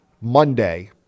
Monday